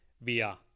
via